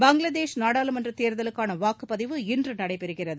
பங்களாதேஷ் நாடாளுமன்றத் தேர்தலுக்கான வாக்குப்பதிவு இன்று நடைபெறுகிறது